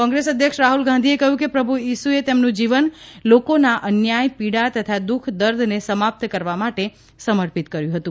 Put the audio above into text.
કોંગ્રેસ અધ્યક્ષ રાહુલ ગાંધીએ કહ્યું કે પ્રભુ ઇસુએ તેમનું જીવન લોકોના અન્યાય પીડા તથા દુઃખ દર્દને સમાપ્ત કરવા માટે સમર્પિત કર્યું હતું